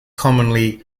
commonly